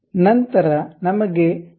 ನಂತರ ನಮಗೆ 0